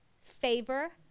favor